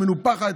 מנופחת,